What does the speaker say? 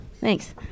Thanks